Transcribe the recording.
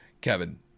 Kevin